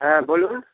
হ্যাঁ বলুন